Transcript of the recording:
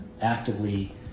actively